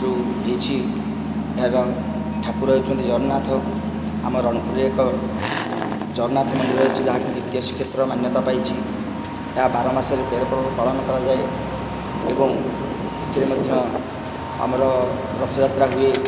ଯେଉଁ ହୋଇଛି ଏହାର ଠାକୁର ହେଉଛନ୍ତି ଜଗନ୍ନାଥ ଆମ ରଣପୁରରେ ଏକ ଜଗନ୍ନାଥ ମନ୍ଦିର ରହିଛି ଯାହାକି ଦ୍ୱିତୀୟ ଶ୍ରୀକ୍ଷେତ୍ର ମାନ୍ୟତା ପାଇଛି ତାହା ବାର ମାସରେ ତେର ପର୍ବ ପାଳନ କରାଯାଏ ଏବଂ ଏଥିରେ ମଧ୍ୟ ଆମର ରଥଯାତ୍ରା ହୁଏ